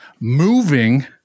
moving